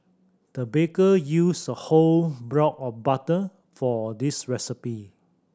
the baker used a whole block of butter for this recipe